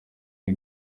iyi